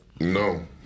No